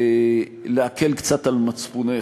להקל קצת על מצפונך,